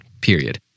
Period